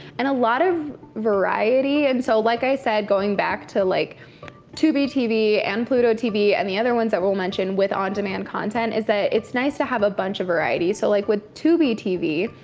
and a lot of variety, and so like i said, going back to like tubi tv, and pluto tv, and the others ones that we'll mention with on-demand content is that it's nice to have a bunch of variety. so like with tubi tv,